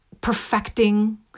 perfecting